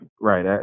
right